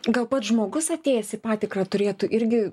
gal pats žmogus atėjęs į patikrą turėtų irgi